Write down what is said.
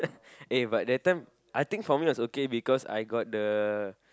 eh but that time I think for me it was okay because I got the